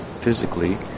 physically